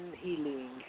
healing